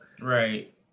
Right